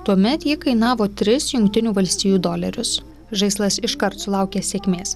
tuomet ji kainavo tris jungtinių valstijų dolerius žaislas iškart sulaukė sėkmės